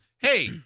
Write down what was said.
hey